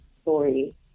story